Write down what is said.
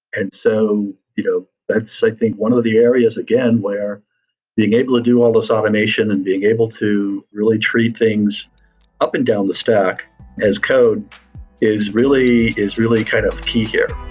and so you know that's i think one of the areas again where being able to do all those automation and being able to really treat things up and down the stack as code is really is really kind of key here